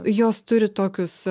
jos turi tokius